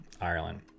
Ireland